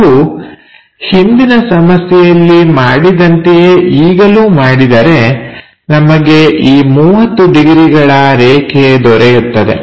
ನಾವು ಹಿಂದಿನ ಸಮಸ್ಯೆಯಲ್ಲಿ ಮಾಡಿದಂತೆಯೇ ಈಗಲೂ ಮಾಡಿದರೆ ನಮಗೆ ಈ 30 ಡಿಗ್ರಿಗಳ ರೇಖೆ ದೊರೆಯುತ್ತದೆ